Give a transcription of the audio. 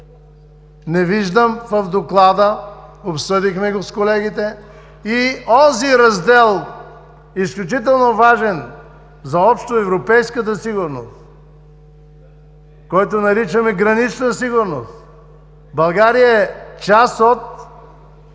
Не виждам в Доклада – обсъдихме го с колегите – и онзи раздел, изключително важен, за общоевропейската сигурност, който наричаме „гранична сигурност“. България е част от